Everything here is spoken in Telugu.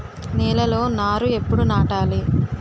నేలలో నారు ఎప్పుడు నాటాలి?